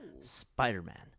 Spider-Man